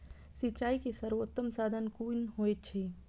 सिंचाई के सर्वोत्तम साधन कुन होएत अछि?